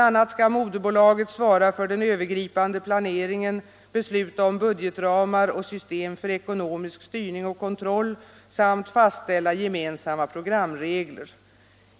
a. skall moderbolaget svara för den övergripande planeringen, besluta om budgetramar och system för ekonomisk styrning och kontroll samt fastställa gemensamma programregler.